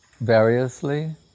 variously